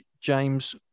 James